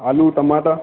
आलू टमाटा